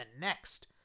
next